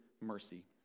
mercy